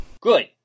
Good